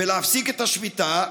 ולהפסיק את השביתה.